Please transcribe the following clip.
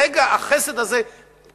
רגע החסד הזה קיים,